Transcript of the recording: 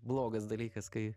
blogas dalykas kai